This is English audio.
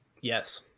yes